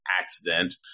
accident